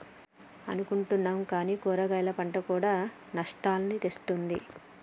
అనుకుంటున్నాం కానీ కూరగాయలు పంట కూడా నష్టాల్ని తెస్తుంది